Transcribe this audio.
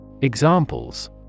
Examples